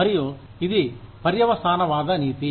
మరియు ఇది పర్యవసానవాద నీతి